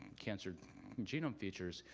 cancer genome features.